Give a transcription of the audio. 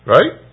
Right